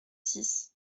six